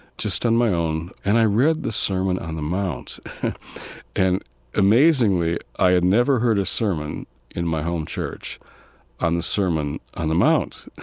just on and my own. and i read the sermon on the mount and amazingly, i had never heard a sermon in my home church on the sermon on the mount,